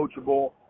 coachable